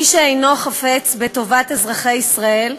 מי שאינו חפץ בטובת אזרחי ישראל,